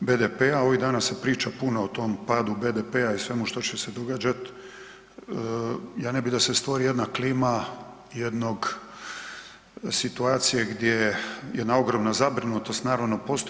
BDP-a ovih danas se priča puno o tom padu BDP-a i svemu što će se događat, ja ne bih da se stvori jedna klima jedne situacije gdje jedna ogromna zabrinutost postoji.